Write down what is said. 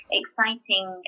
exciting